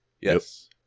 Yes